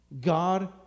God